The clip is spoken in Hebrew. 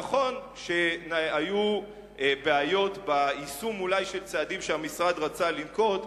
נכון שאולי היו בעיות ביישום של צעדים שהמשרד רצה לנקוט,